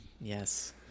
Yes